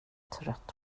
trött